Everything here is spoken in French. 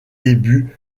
débuts